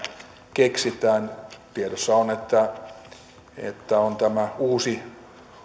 keksitään tiedossa on että hallituksella on valmistelussa tämä uusi